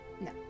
No